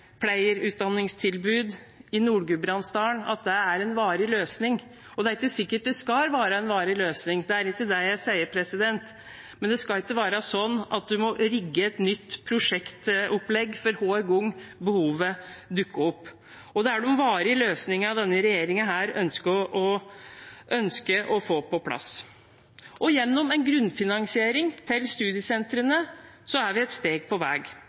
i Nord-Gudbrandsdalen, er det en varig løsning. Det er ikke sikkert det skal være en varig løsning, det er ikke det jeg sier, men det skal ikke være sånn at man må rigge et nytt prosjektopplegg for hver gang behovet dukker opp. Det er de varige løsningene denne regjeringen ønsker å få på plass. Gjennom en grunnfinansiering til studiesentrene er vi ett steg på